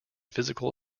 physical